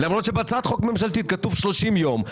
למרות שבהצעת החוק הממשלתית כתוב 30 יום.